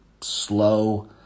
slow